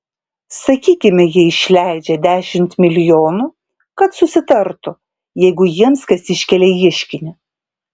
sakykime jie išleidžia dešimt milijonų kad susitartų jeigu jiems kas iškelia ieškinį